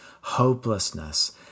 hopelessness